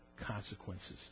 consequences